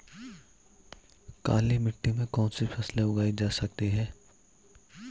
काली मिट्टी में कौनसी फसल उगाई जा सकती है?